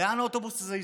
לאן האוטובוס הזה ייסע?